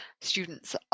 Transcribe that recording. students